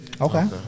Okay